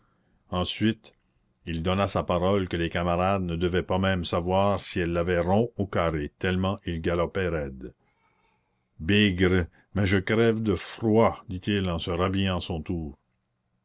ensuite il donna sa parole que les camarades ne devaient pas même savoir si elle l'avait rond ou carré tellement il galopait raide bigre mais je crève de froid dit-il en se rhabillant à son tour